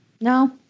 No